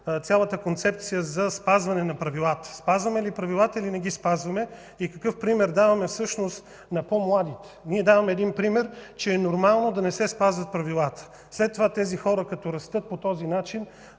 цялата Концепция за спазване на правилата. Спазваме ли правилата, или не ги спазваме? Какъв пример всъщност даваме на по-младите? Ние даваме един пример, че е нормално да не се спазват правилата. След това тези хора, като растат по този начин